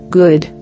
good